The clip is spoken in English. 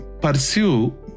pursue